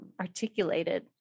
articulated